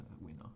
Winner